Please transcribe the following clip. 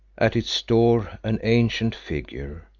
at its door an ancient figure,